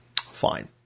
Fine